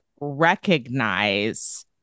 recognize